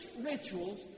rituals